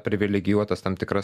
privilegijuotas tam tikras